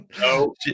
no